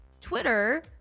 Twitter